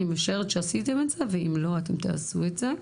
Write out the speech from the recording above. אני משערת שעשיתם את זה ואם לא, אתם תעשו את זה.